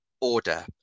order